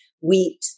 wheat